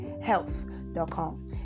health.com